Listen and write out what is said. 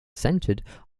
centred